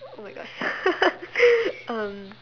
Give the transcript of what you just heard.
oh my gosh um